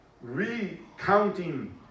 recounting